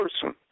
person